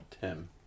Tim